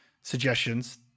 suggestions